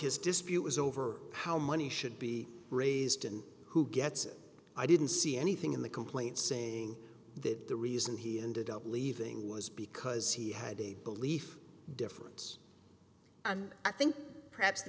his dispute was over how money should be raised and who gets it i didn't see anything in the complaint saying that the reason he ended up leaving was because he had a belief difference and i think perhaps the